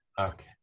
Okay